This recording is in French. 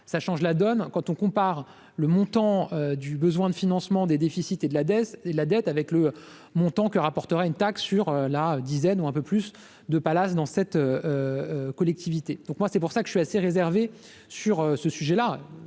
ça change la donne, quand on compare le montant du besoin de financement des déficits et de la DS et la dette avec le montant que rapporterait une taxe sur la dizaine ou un peu plus de palace dans cette collectivité donc moi c'est pour ça que je suis assez réservé sur ce sujet-là,